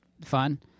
Fun